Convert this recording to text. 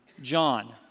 John